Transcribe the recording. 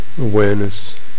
awareness